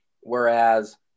Whereas